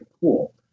cool